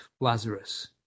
Lazarus